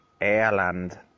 Ireland